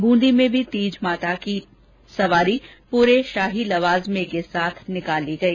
ब्रंदी में भी तीज माता की सवारी पूरे शाही लवाजमे के साथ निकाली गई